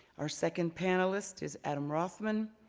our second panelist is adam rothman,